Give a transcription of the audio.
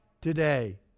today